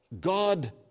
God